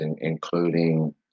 including